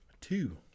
two